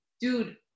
dude